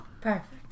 Perfect